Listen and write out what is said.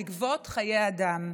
לגבות חיי אדם.